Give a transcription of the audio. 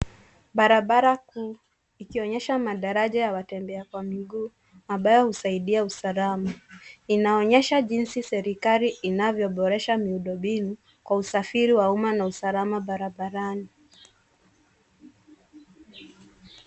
Barabara kuu ikionyesha madaraja ya watembea kwa miguu ambayo husaidia usalama. Inaonyesha jinsi serikali inavyoboresha miundombinu kwa usafiri wa umma na usalama barabarani.